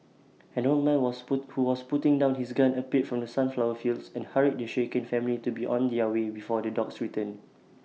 an old man was put who was putting down his gun appeared from the sunflower fields and hurried the shaken family to be on their way before the dogs return